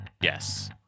yes